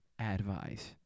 advice